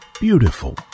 Beautiful